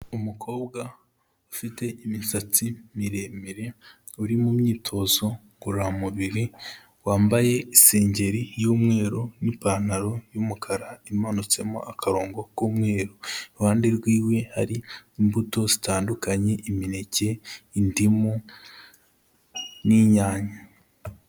Umukobwa ufite imisatsi miremire, uri mu myitozo ngororamubiri, wambaye isengeri y'umweru n'ipantaro y'umukara imanutsemo akarongo k'umweru. Iruhande rwiwe hari imbuto zitandukanye, imineke, indimu n'inyanya.